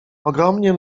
ogromnie